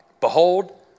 Behold